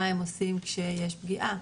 מה הם עושים כשיש פגיעה.